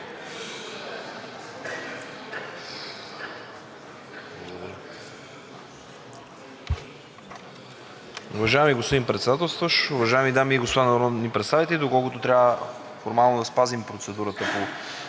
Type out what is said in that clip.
Уважаеми господин Председателстващ, уважаеми дами и господа народни представители! Доколкото трябва формално да спазим процедурата по